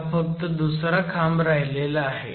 आता फक्त दुसरा खांब राहिला आहे